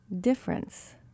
difference